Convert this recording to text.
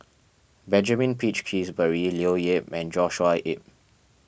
Benjamin Peach Keasberry Leo Yip and Joshua Ip